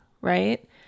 right